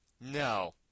No